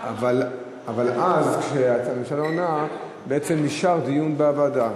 אבל אז, כשהממשלה לא עונה בעצם נשאר דיון בוועדה.